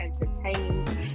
entertained